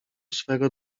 swego